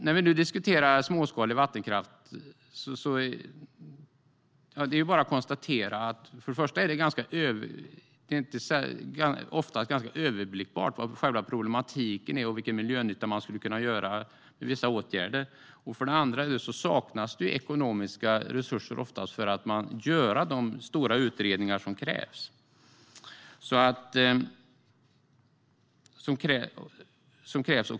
När vi nu diskuterar småskalig vattenkraft är det bara att konstatera för det första att problemen och frågan om vilken miljönytta som kan göras med vissa åtgärder är överblickbar, och för det andra att det ofta saknas ekonomiska resurser för att göra de stora utredningar som krävs.